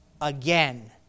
Again